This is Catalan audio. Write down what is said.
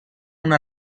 una